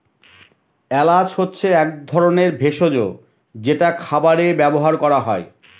এলাচ হচ্ছে এক ধরনের ভেষজ যেটা খাবারে ব্যবহার করা হয়